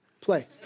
play